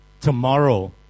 tomorrow